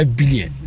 billion